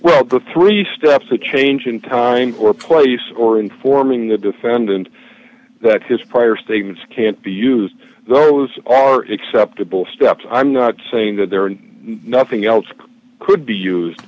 well the three steps to change in time or place or informing the defendant that his prior statements can't be used those are except a bull steps i'm not saying that there is nothing else could be used